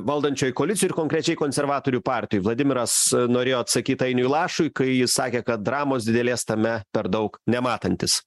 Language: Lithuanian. valdančioj koalicijoj ir konkrečiai konservatorių partijoj vladimiras norėjo atsakyt ainiui lašui kai jis sakė kad dramos didelės tame per daug nematantis